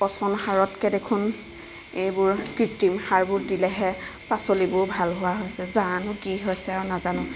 পচন সাৰতকৈ দেখোন এইবোৰ কৃত্ৰিম সাৰবোৰ দিলেহে পাচলিবোৰ ভাল হোৱা হৈছে জানো কি হৈছে আৰু নাজানো